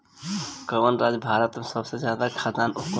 कवन राज्य भारत में सबसे ज्यादा खाद्यान उत्पन्न करेला?